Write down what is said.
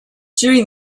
during